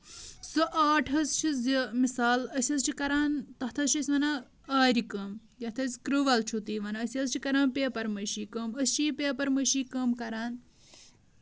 سُہ آٹ حظ چھ زِ مِسال أسۍ حظ چھٕ کران تَتھ حظ چھٕ أسۍ وَنان آرِ کٲم یَتھ أسۍ کریُول چھِ تُہۍ وَنان أسۍ حظ چھ کران پیٚپر میشی کٲم أسۍ چھِ یہِ پیپر میٚشی کٲم کران